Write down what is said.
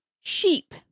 sheep